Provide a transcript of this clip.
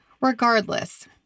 Regardless